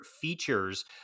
features